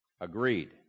Agreed